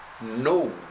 No